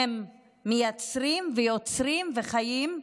והם מייצרים ויוצרים וחיים,